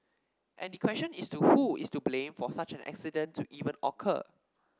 and the question is to who is to blame for such an accident to even occur